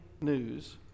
News